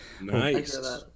nice